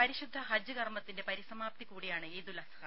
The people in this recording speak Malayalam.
പരിശുദ്ധ ഹജ്ജ് കർമ്മത്തിന്റെ പരിസമാപ്തി കൂടിയാണ് ഈദുൽ അസ്ഹ